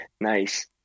Nice